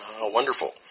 wonderful